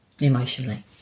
emotionally